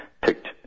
picked